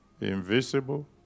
invisible